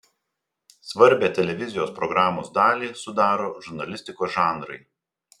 svarbią televizijos programos dalį sudaro žurnalistikos žanrai